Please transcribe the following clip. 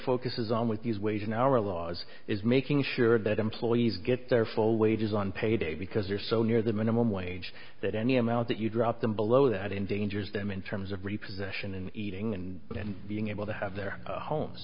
focuses on with these wage in our laws is making sure that employees get their full wages on payday because they're so near the minimum wage that any amount that you drop them below that endangers them in terms of repairs eating and then being able to have their homes